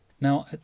Now